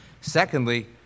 Secondly